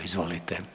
Izvolite.